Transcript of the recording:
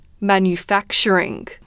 manufacturing